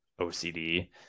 OCD